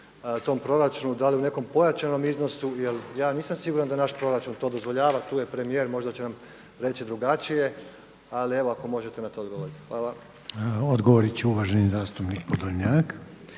tom proračunu, da li u nekom pojačanom iznosu jer ja nisam siguran da naš proračun to dozvoljava, tu je premijer, možda će nam reći drugačije ali evo ako možete na to odgovoriti. Hvala. **Reiner, Željko (HDZ)** Odgovoriti će uvaženi zastupnik Podolnjak.